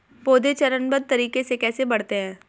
पौधे चरणबद्ध तरीके से कैसे बढ़ते हैं?